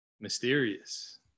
Mysterious